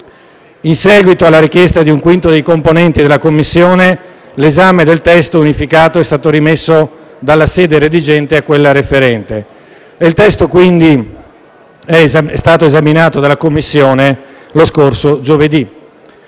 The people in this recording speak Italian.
In seguito alla richiesta di un quinto dei componenti della Commissione, l'esame del testo unificato è stato rimesso dalla sede redigente a quella referente. Il testo quindi è stato esaminato dalla Commissione lo scorso giovedì.